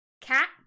cat